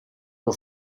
tua